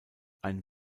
ein